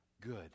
good